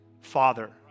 father